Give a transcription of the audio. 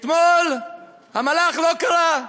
אתמול המלאך לא קרא,